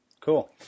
Cool